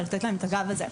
ולתת להם את הגב הזה.